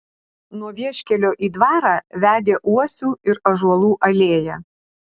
nuo vieškelio į dvarą vedė uosių ir ąžuolų alėja